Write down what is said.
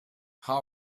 how